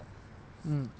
mm